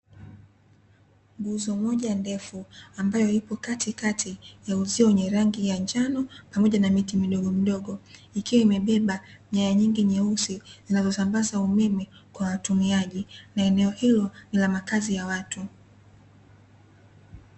Nguzo moja ndefu ambayo ipo katikati ya uzio wenye rangi ya njano pamoja na miti midogo midogo, ikiwa imebeba nyaya nyingi nyeusi zinazosambaza umeme kwa watumiaji na eneo hilo ni la makazi ya watu.